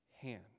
hand